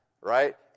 right